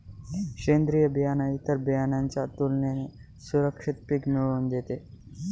सेंद्रीय बियाणं इतर बियाणांच्या तुलनेने सुरक्षित पिक मिळवून देते